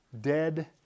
dead